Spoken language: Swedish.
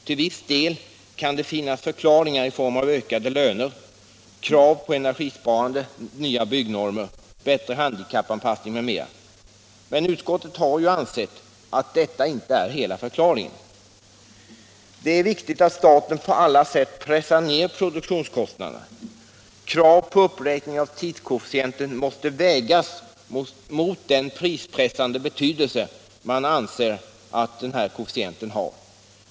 Till en viss del kan det finnas förklaringar: lönehöjningar, krav på energisparande, nya byggnormer, bättre handikappanpassning m.m. Men utskottet har ansett att detta inte är hela förklaringen. Det är viktigt att staten på alla sätt pressar ned produktionskostnaderna. Krav på uppräkning av tidskoefficienten måste vägas mot den prispressande betydelse man anser att denna har.